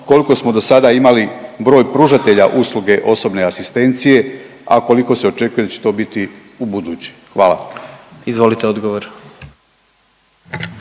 koliko smo dosada imali broj pružatelja usluge osobne asistencije, a koliko se očekuje da će to biti ubuduće. Hvala. **Jandroković,